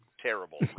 terrible